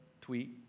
tweet